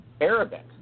Arabic